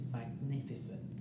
magnificent